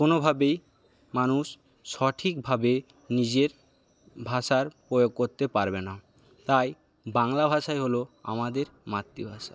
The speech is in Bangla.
কোনোভাবেই মানুষ সঠিকভাবে নিজের ভাষার প্রয়োগ করতে পারবে না তাই বাংলা ভাষাই হলো আমাদের মাতৃভাষা